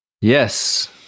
Yes